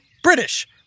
British